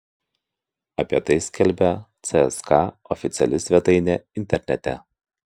apie tai skelbia cska oficiali svetainė internete